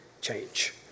change